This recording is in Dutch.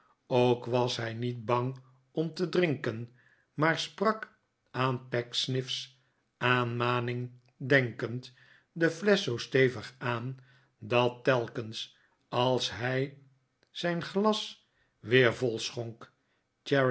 ook was hij niet bang om te drinken maar sprak aan pecksniff's aanmaning denkend de flesch stevig aan dat telkens als hij zijn glas weer vol schonk